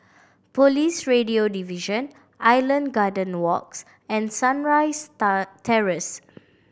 Police Radio Division Island Garden Walks and Sunrise Terrace